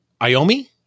Iomi